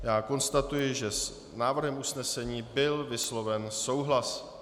Já konstatuji, že s návrhem usnesení byl vysloven souhlas.